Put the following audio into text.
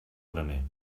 graner